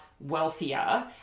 wealthier